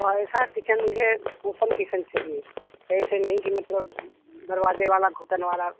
वैसे किचन मुझे open kitchen चाहिए ऐसे नहीं कि मतलब दरवाज़े वाला घुटन वाला